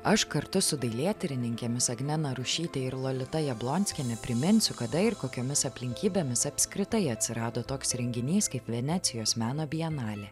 aš kartu su dailėtyrininkėmis agne narušyte ir lolita jablonskiene priminsiu kada ir kokiomis aplinkybėmis apskritai atsirado toks renginys kaip venecijos meno bienalė